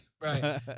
right